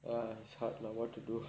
!wah! it's hard lah what to do